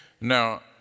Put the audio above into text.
Now